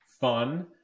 fun